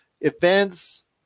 events